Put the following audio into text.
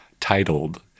titled